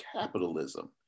capitalism